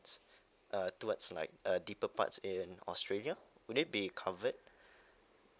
uh towards like a deeper parts in australia would it be covered